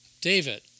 David